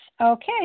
Okay